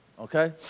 okay